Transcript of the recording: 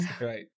Right